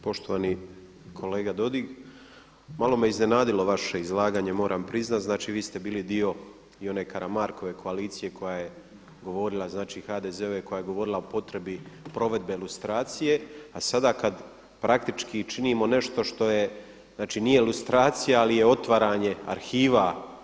Poštovani kolega Dodig, malo me iznenadilo vaše izlaganje, moram priznati, znači vi ste bili dio i one Karamarkove koalicije koja je govorila, znači HDZ-ove koja je govorila o potrebi provedbe lustracije a sada kada praktički činimo nešto što je, znači nije lustracija ali je otvaranje arhiva.